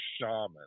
shaman